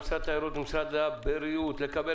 למשרד התיירות ולמשרד הבריאות לקבל